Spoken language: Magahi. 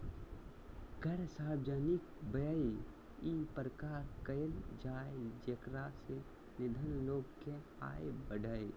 कर सार्वजनिक व्यय इ प्रकार कयल जाय जेकरा से निर्धन लोग के आय बढ़य